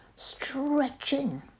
stretching